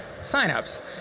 signups